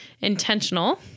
intentional